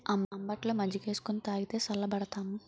అంబట్లో మజ్జికేసుకొని తాగితే సల్లబడతాం